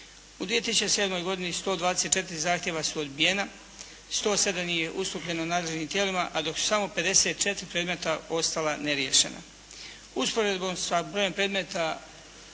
U 2007. godini 124 zahtjeva su odbijena, 107 ih je ustupljeno nadležnim tijelima, a dok su samo 54 predmeta ostala neriješena.